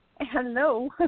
Hello